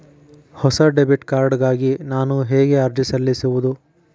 ಹೊಸ debit card ಗಾಗಿ ನಾನು ಹೇಗೆ ಅರ್ಜಿ ಸಲ್ಲಿಸುವುದು?